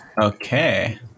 okay